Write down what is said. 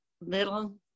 little